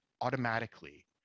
automatically